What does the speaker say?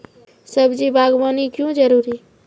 सब्जी बागवानी क्यो जरूरी?